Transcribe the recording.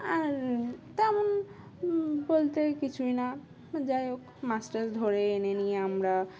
আর তেমন বলতে কিছুই না যাই হোক মাছ টাছ ধরে এনে নিয়ে আমরা